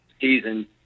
season